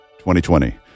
2020